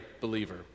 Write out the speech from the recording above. believer